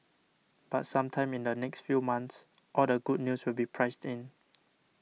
but sometime in the next few months all the good news will be priced in